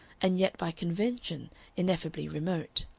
and yet by convention ineffably remote.